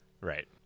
Right